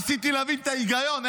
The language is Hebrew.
ניסיתי להבין את ההיגיון.